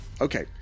Okay